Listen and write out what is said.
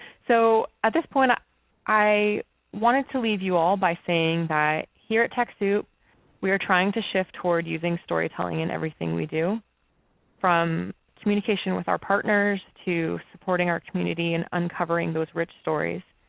so at this point ah i wanted to leave you all by saying that here at techsoup we are trying to shift toward using storytelling in everything we do from communication with our partners to supporting our community and uncovering those rich stories.